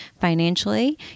financially